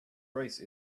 rice